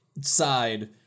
side